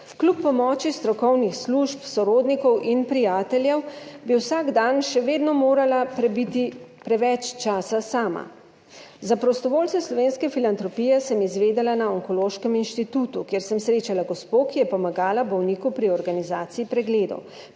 Kljub pomoči strokovnih služb, sorodnikov in prijateljev, bi vsak dan še vedno morala prebiti preveč časa sama. Za prostovoljce Slovenske filantropije sem izvedela na Onkološkem inštitutu, kjer sem srečala gospo, ki je pomagala bolniku pri organizaciji pregledov.